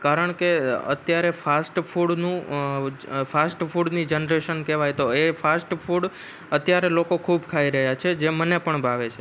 કારણ કે અત્યારે ફાસ્ટફૂડનું ફાસ્ટફૂડની જનરેશન કહેવાય તો એ ફાસ્ટફૂડ અત્યારે લોકો ખૂબ ખાઈ રહ્યા છે જે મને પણ ભાવે છે